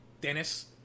Dennis